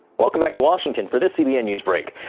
welcome back to washington for this cbn news break.